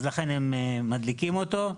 לכן הם מדליקים אותו.